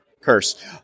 curse